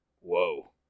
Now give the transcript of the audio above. Whoa